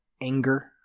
anger